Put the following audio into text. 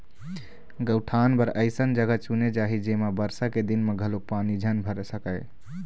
गउठान बर अइसन जघा चुने जाही जेमा बरसा के दिन म घलोक पानी झन भर सकय